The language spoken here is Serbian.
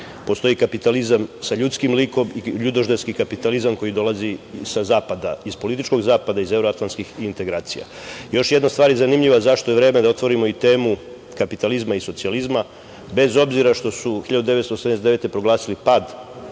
kapitalizam sa ljudskim likom i ljudožderski kapitalizam koji dolazi sa zapada, iz političkog zapada, iz evroatlanskih integracija. Još jedna stvar je zanimljiva zašto je vreme da otvorimo i temu kapitalizma i socijalizma. Bez obzira što su 1989. proglasili pad